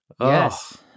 Yes